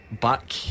Back